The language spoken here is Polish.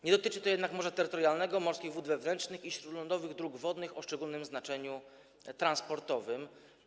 Nie dotyczy to jednak morza terytorialnego, morskich wód wewnętrznych i śródlądowych dróg wodnych o szczególnym znaczeniu transportowym.